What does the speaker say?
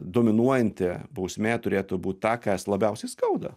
dominuojanti bausmė turėtų būt ta kas labiausiai skauda